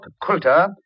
Quilter